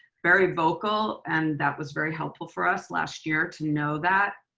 very vocal and that was very helpful for us last year to know that.